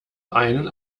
einen